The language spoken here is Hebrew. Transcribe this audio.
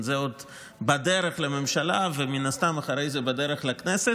זה עוד בדרך לממשלה, ומן הסתם אחרי זה בדרך לכנסת.